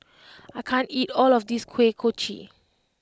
I can't eat all of this Kuih Kochi